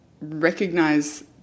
recognize